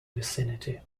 vicinity